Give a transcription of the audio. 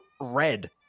red